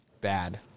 bad